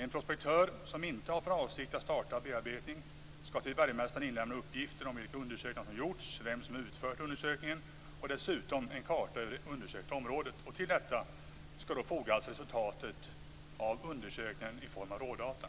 En prospektör som inte har för avsikt att starta bearbetning skall till bergmästaren inlämna uppgifter om vilka undersökningar som har gjorts, vem som har utfört dem och dessutom en karta över det undersökta området. Till detta skall fogas resultatet av undersökningen i form av rådata.